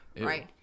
right